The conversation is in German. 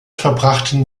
verbrachten